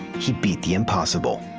he beat the impossible.